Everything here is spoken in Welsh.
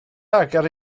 agor